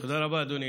תודה רבה, אדוני.